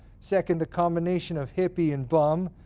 second, the combination of hippie and bum,